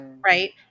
right